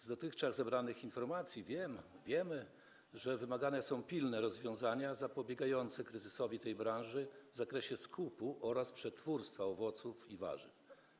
Z dotychczas zebranych informacji wynika, że wymagane są pilne rozwiązania zapobiegające kryzysowi tej branży w zakresie skupu oraz przetwórstwa owoców i warzyw.